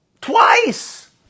twice